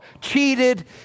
cheated